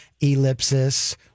Ellipsis